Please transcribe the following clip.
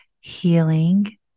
healing